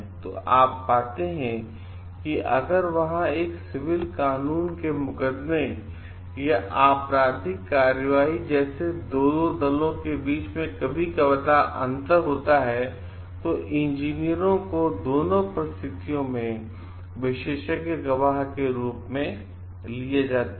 तो आप पाते हैं कि अगर वहाँ एक सिविल कानून के मुकदमे या आपराधिक कार्यवाही या जैसे 2 दलों के बीच कभी कभी अंतर होता है तो इंजीनियरों को दोनों परिस्थितियों में विशेषज्ञ गवाह के रूप में लिया जाता है